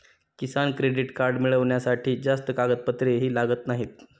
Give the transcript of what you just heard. किसान credit card मिळवण्यासाठी जास्त कागदपत्रेही लागत नाहीत